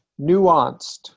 nuanced